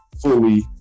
fully